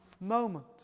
moment